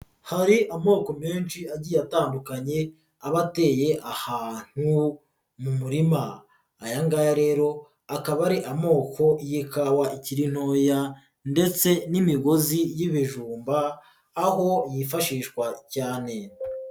Hari amoko menshi agiye atandukanye aba ateye ahantu mu murima, ayangaya rero akaba ari amoko y'ikawa ikiriri ntoya ndetse n'imigozi y'ibijumba, aho yifashishwa cyane.